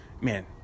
man